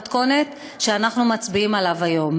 במתכונת שאנחנו מצביעים עליו היום,